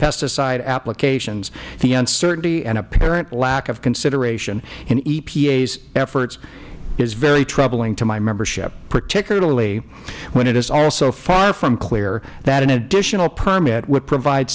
pesticide applications the uncertainty and apparent lack of consideration in epas efforts is very troubling to my membership particularly when it is also far from clear that an additional permit would provide